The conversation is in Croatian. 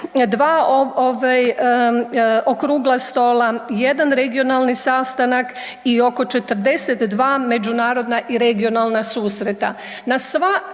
ovaj okrugla stola, 1 regionalni sastanak i oko 42 međunarodna i regionalna susreta.